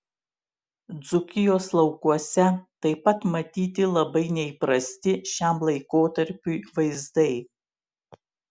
dzūkijos laukuose taip pat matyti labai neįprasti šiam laikotarpiui vaizdai